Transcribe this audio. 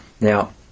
Now